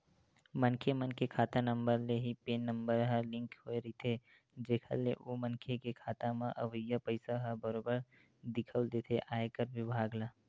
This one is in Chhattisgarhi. मनखे मन के खाता नंबर ले ही पेन नंबर ह लिंक होय रहिथे जेखर ले ओ मनखे के खाता म अवई पइसा ह बरोबर दिखउल देथे आयकर बिभाग ल